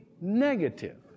negative